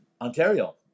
Ontario